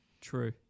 true